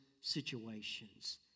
situations